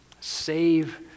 Save